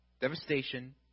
devastation